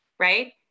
Right